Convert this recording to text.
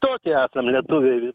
tokie esam lietuviai vi